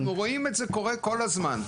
אנחנו רואים את זה קורה כל הזמן,